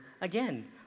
again